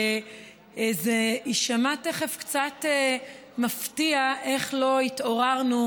זה יישמע תכף קצת מפתיע איך לא התעוררנו